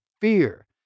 fear